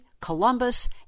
Columbus